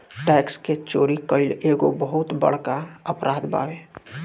tax के चोरी कईल एगो बहुत बड़का अपराध बावे